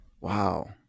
Wow